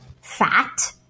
fat